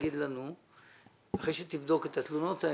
אחרי שתבדוק את התלונות,